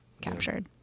captured